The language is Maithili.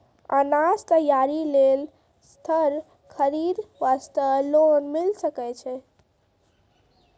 अनाज तैयारी लेल थ्रेसर खरीदे वास्ते लोन मिले सकय छै?